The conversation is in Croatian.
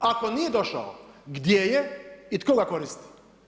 Ako nije došao, gdje je i tko ga koristi?